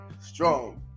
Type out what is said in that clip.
Strong